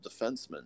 defenseman